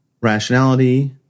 rationality